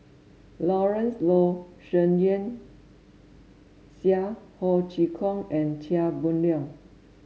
Lawrence Wong Shyun Tsai Ho Chee Kong and Chia Boon Leong